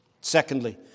Secondly